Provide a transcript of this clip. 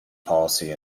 policy